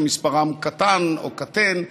שמספרם קטן או קטֵן,